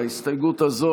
ההסתייגות הזו,